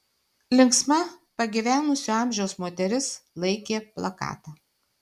linksma pagyvenusio amžiaus moteris laikė plakatą